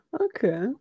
okay